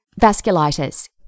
Vasculitis